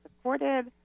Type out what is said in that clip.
supported